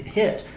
hit